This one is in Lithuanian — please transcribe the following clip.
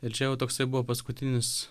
ir čia jau toksai buvo paskutinis